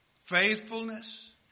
faithfulness